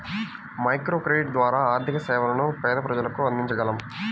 microcredit ద్వారా ఆర్థిక సేవలను పేద ప్రజలకు అందించగలం